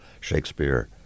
Shakespeare